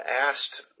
asked